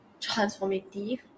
transformative